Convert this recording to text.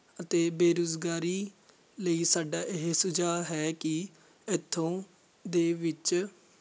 ਅਤੇ ਬੇਰੁਜ਼ਗਾਰੀ ਲਈ ਸਾਡਾ ਇਹ ਸੁਝਾਅ ਹੈ ਕਿ ਇੱਥੋਂ ਦੇ ਵਿੱਚ